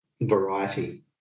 variety